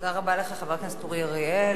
תודה רבה לחבר הכנסת אורי אריאל.